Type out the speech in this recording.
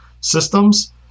systems